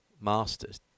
Masters